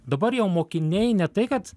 dabar jau mokiniai ne tai kad